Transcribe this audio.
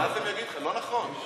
לא נכון.